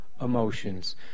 emotions